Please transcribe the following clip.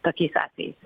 tokiais atvejais